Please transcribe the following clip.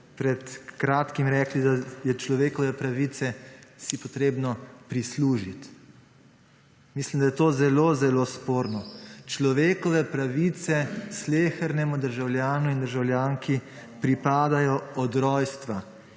pred kratkim rekli, da je človekove pravice si potrebno prislužiti. Mislim, da je to zelo zelo sporno. Človekove pravice slehernemu državljanu in državljanki pripadajo od rojstva